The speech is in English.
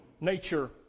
nature